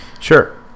Sure